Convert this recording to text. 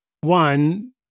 one